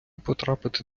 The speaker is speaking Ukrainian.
потрапити